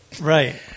right